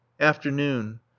afternoon